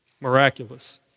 miraculous